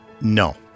No